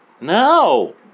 No